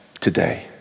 today